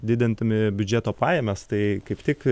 didintume biudžeto pajamas tai kaip tik